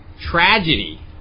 Tragedy